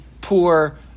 poor